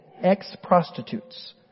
ex-prostitutes